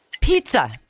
Pizza